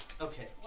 Okay